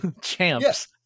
champs